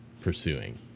pursuing